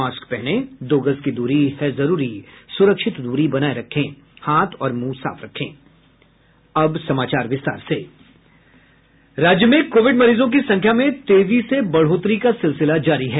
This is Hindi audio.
मास्क पहनें दो गज दूरी है जरूरी सुरक्षित दूरी बनाये रखें हाथ और मुंह साफ रखें अब समाचार विस्तार से राज्य में कोविड मरीजों की संख्या में तेजी से बढ़ोतरी का सिलसिला जारी है